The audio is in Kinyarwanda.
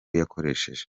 yakoresheje